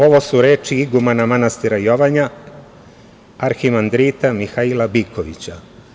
Ovo su reči igumana manastira Jovanja, Arhimandrita Mihaila Bikovića.